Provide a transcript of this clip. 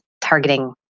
targeting